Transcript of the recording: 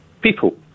People